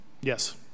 Yes